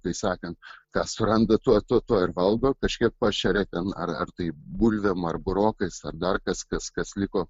kaip sakant ką suranda tuo tuo tuo ir valgo kažkiek pašeria ten ar ar taip bulvėm ar burokais ar dar kas kas kas liko